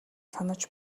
санаж